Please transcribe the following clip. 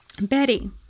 Betty